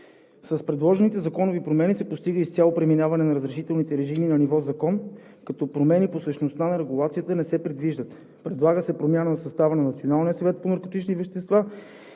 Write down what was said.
С предложените законови промени се постига изцяло преминаване на разрешителните режими на ниво закон, като промени по същността на регулацията не се предвиждат. Предлага се промяна в състава на